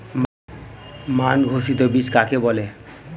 মান ঘোষিত বীজ কাকে বলে?